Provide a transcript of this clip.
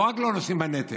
לא רק שהם לא נושאים בנטל,